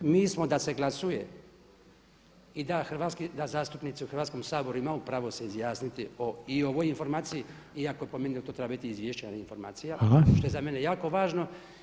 Mi smo da se glasuje i da zastupnici u Hrvatskom saboru imaju pravo se izjasniti o i ovoj informaciji iako po meni to treba biti izvješće a ne informacija, što je za mene jako važno.